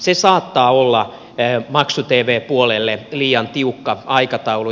se saattaa olla maksu tv puolelle liian tiukka aikataulu